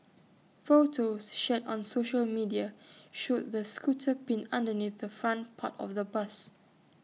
photos shared on social media showed the scooter pinned underneath the front part of the bus